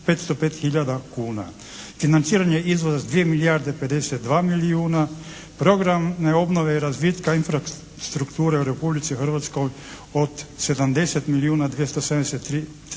hiljada kuna. Financiranje izvoza sa 2 milijarde 52 milijuna, programn obnove i razvitka infrastrukture u Republici Hrvatskoj od 70 milijuna 273 hiljade,